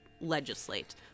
legislate